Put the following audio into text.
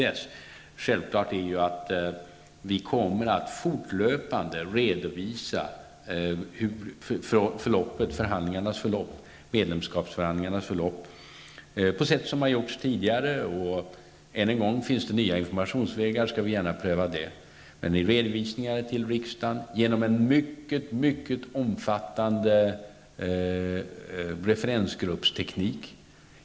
Det är självklart att vi fortlöpande redovisar medlemskapsförhandlingarnas förlopp på samma sätt som tidigare. Än en gång: Finns det nya informationsvägar skall vi gärna pröva dem. Men det har lämnats information till riksdagen och det har använts en mycket omfattande referensgruppsteknik.